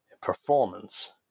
performance